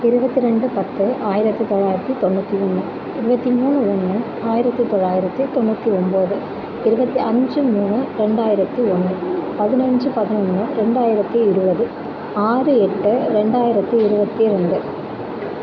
இருபத்தி ரெண்டு பத்து ஆயிரத்தி தொள்ளாயிரத்தி தொண்ணூற்றி மூணு இருபத்தி மூணு ஒன்று ஆயிரத்தி தொள்ளாயிரத்தி தொண்ணூற்றி ஒம்பது இருபத்தி அஞ்சு மூணு ரெண்டாயிரத்தி ஒன்று பதினஞ்சு பதினொன்று ரெண்டாயிரத்தி இருபது ஆறு எட்டு ரெண்டாயிரத்தி இருபத்தி ரெண்டு